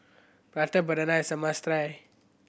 Prata Banana is a must try